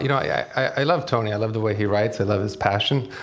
you know i i love tony, i love the way he writes, i love his passion,